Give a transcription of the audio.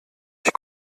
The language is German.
ich